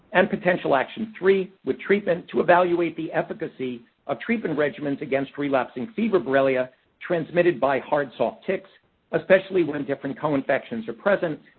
and potential action three, with treatment to evaluate the advocacy of treatment regimens against relapsing fever borrelia transmitted by hard soft ticks especially when different coinfections are present,